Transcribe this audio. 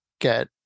get